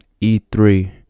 e3